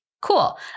Cool